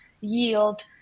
yield